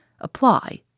apply